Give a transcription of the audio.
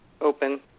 open